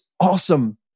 awesome